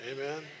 Amen